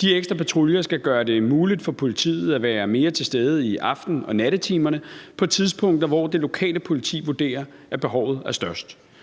De ekstra patruljer skal gøre det muligt for politiet at være mere til stede i aften- og nattetimerne på tidspunkter, hvor det lokale politi vurderer at behovet er størst.